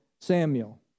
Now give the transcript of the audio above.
Samuel